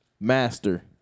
master